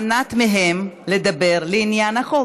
מנעת מהם לדבר לעניין החוק,